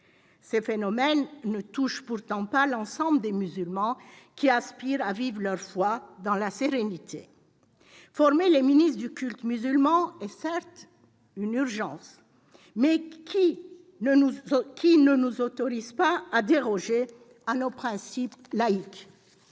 Ces phénomènes ne touchent pourtant pas l'ensemble des musulmans, qui aspirent à vivre leur foi dans la sérénité. Former les ministres du culte musulman est certes une urgence, mais cela ne nous autorise pas à déroger à nos principes laïques.